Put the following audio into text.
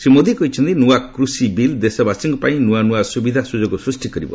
ଶ୍ରୀ ମୋଦୀ କହିଛନ୍ତି ନୂଆ କୃଷି ବିଲ୍ ଦେଶବାସୀଙ୍କ ପାଇଁ ନୂଆ ନୂଆ ସୁବିଧାସୁଯୋଗ ସୃଷ୍ଟି କରିବ